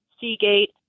Seagate